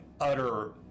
utter